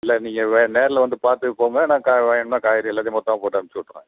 இல்லை நீங்க நேரில் வந்து பார்த்துட்டு போங்க நான் என்ன காய்கறி எல்லாத்தையும் மொத்தமாக போட்டு அனுச்சி விட்டுறேன்